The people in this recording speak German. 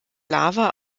lava